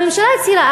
הממשלה הצהירה,